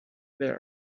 there